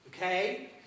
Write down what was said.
Okay